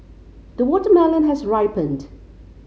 the watermelon has ripened